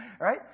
Right